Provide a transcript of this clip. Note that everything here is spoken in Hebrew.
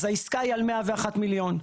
אז העסקה היא על 101 מיליון.